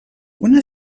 una